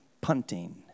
punting